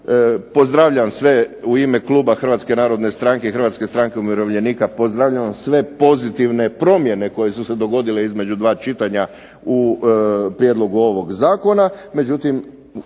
pozdravljam sve u ime kluba HNS-a i HSU-a, pozdravljam sve pozitivne promjene koje su se dogodile između dva čitanja u prijedlogu ovog zakona,